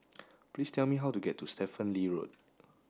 please tell me how to get to Stephen Lee Road